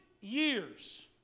years